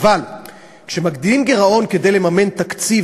אבל כשמגדילים גירעון כדי לממן תקציב